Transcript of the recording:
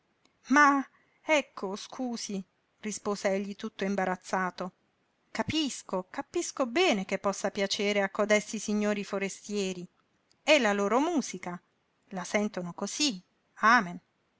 ma ecco scusi rispose egli tutto imbarazzato capisco capisco bene che possa piacere a codesti signori forestieri è la loro musica la sentono cosí amen